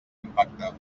impacte